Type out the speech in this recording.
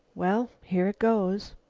well here goes!